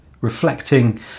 reflecting